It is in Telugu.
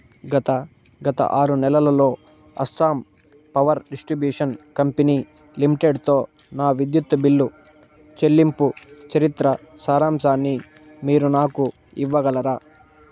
గత గత ఆరు నెలలలో అస్సాం పవర్ డిస్ట్రిబ్యూషన్ కంపెనీ లిమిటెడ్తో నా విద్యుత్ బిల్లు చెల్లింపు చరిత్ర సారాంశాన్ని మీరు నాకు ఇవ్వగలరా